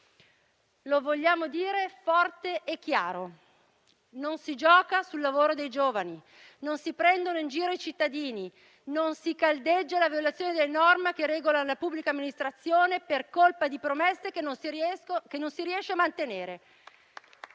Lo vogliamo dire forte e chiaro: non si gioca sul lavoro dei giovani, non si prendono in giro i cittadini, non si caldeggia la violazione delle norme che regolano la pubblica amministrazione per colpa di promesse che non si riesce a mantenere.